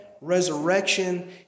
resurrection